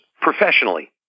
Professionally